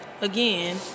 again